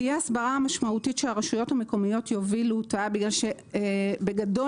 תהיה הסברה משמעותית שהרשויות המקומיות יובילו אותה משום בגדול